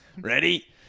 Ready